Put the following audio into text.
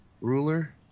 ruler